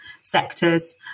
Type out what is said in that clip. sectors